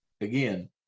again